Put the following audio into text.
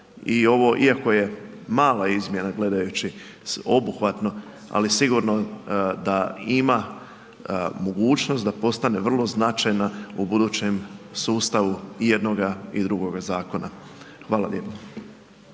iako je mala izmjena gledajući sveobuhvatno ali sigurno da ima mogućnost da postane vrlo značajna u budućem sustavu i jednoga i drugoga zakona. Hvala lijepa.